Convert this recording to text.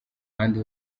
ahandi